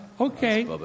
okay